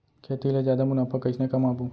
खेती ले जादा मुनाफा कइसने कमाबो?